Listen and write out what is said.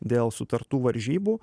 dėl sutartų varžybų